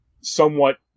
somewhat